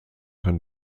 kann